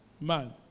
man